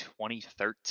2013